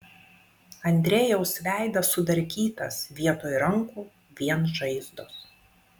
andrejaus veidas sudarkytas vietoj rankų vien žaizdos